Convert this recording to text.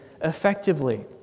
effectively